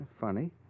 Funny